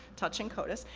touching codis.